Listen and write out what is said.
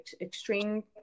extreme